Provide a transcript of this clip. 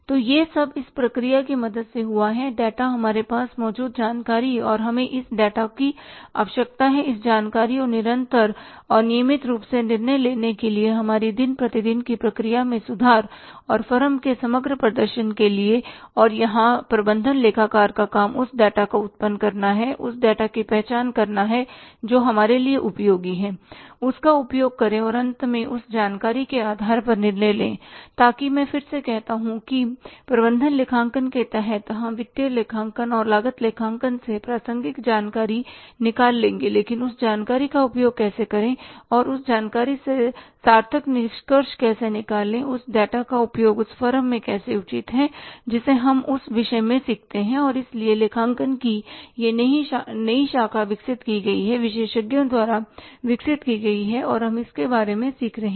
तो यह सब इस प्रक्रिया की मदद से हुआ है डेटा हमारे पास मौजूद जानकारी और हमें इस डेटा की आवश्यकता है इस जानकारी और निरंतर और नियमित रूप से निर्णय लेने के लिए हमारी दिन प्रतिदिन की प्रक्रिया में सुधार और फर्म के समग्र प्रदर्शन के लिए और यहां प्रबंधन लेखा कार का काम उस डेटा को उत्पन्न करना है उस डेटा की पहचान करना जो हमारे लिए उपयोगी है उसका उपयोग करें और अंत में उस जानकारी के आधार पर निर्णय लें ताकि मैं फिर से कहता हूं कि प्रबंधन लेखांकन के तहत हम वित्तीय लेखांकन और लागत लेखांकन से प्रासंगिक जानकारी निकाल लेंगे लेकिन उस जानकारी का उपयोग कैसे करें और उस जानकारी से सार्थक निष्कर्ष कैसे निकालें उस डेटा का उपयोग उस फर्म में कैसे उचित है जिसे हम उस विषय में सीखते हैं और इसीलिए लेखांकन की यह नई शाखा विकसित की गई है विशेषज्ञों द्वारा विकसित की गई है और हम इसके बारे में सीख रहे हैं